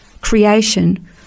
creation